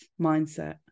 mindset